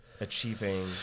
achieving